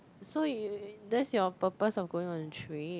so you that's your purpose of going on a trip